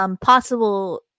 possible